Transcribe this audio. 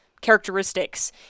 characteristics